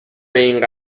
این